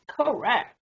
Correct